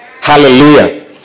Hallelujah